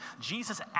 Jesus